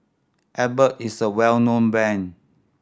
Abbott is a well known brand